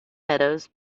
meadows